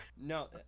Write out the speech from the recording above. No